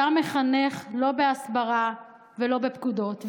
אדם מחנך לא בהסברה ולא בפקודות,